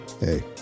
Hey